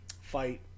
fight